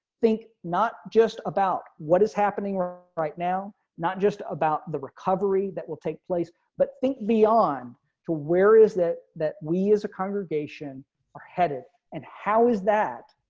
think not just about what is happening right now, not just about the recovery that will take place, but think beyond to where is that that we as a congregation are headed and how is that